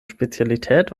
spezialität